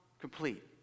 complete